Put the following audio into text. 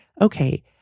okay